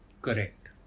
Correct